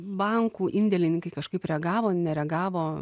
bankų indėlininkai kažkaip reagavo nereagavo